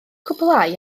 cwblhau